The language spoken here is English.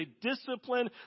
discipline